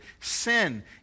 sin